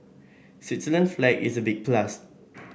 Switzerland's flag is a big plus